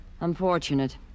Unfortunate